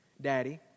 Daddy